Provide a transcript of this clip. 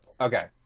Okay